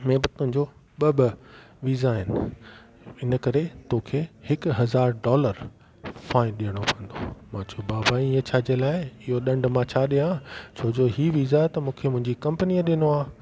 में बि तुंहिंजो ॿ ॿ वीज़ा आहिनि इन करे तोखे हिकु हज़ार डॉलर फाइन ॾिअणो पवंदो मां चयो बाबा ईअं छाजे लाए इहो डंड मां छा ॾियां छो जो इहो वीज़ा त मूंखे मुंहिंजी कंपनीअ ॾिनो आहे